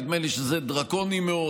נדמה לי שזה דרקוני מאוד,